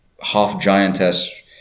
half-giantess